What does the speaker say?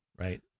right